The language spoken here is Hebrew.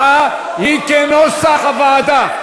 רבותי, ההצבעה היא, כנוסח הוועדה.